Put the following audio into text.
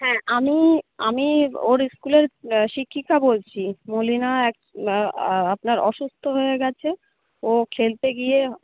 হ্যাঁ আমি আমি ওর স্কুলের শিক্ষিকা বলছি মলিনা আপনার অসুস্থ হয়ে গেছে ও খেলতে গিয়ে